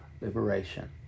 liberation